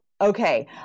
okay